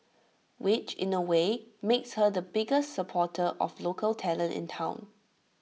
which in A way makes her the biggest supporter of local talent in Town